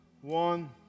One